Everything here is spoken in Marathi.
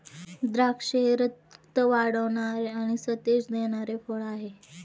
द्राक्षे हे रक्त वाढवणारे आणि सतेज देणारे फळ आहे